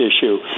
issue